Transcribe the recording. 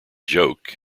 joke